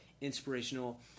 inspirational –